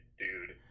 dude